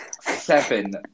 seven